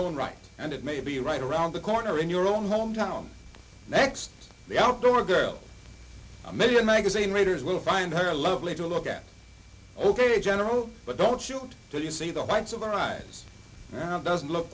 own right and it may be right around the corner in your own home town next the outdoor girls a million magazine readers will find her lovely to look at ok general but don't shoot till you see the highlights of our ride doesn't look